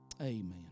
Amen